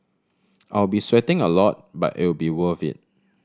I'll be sweating a lot but it'll be worth it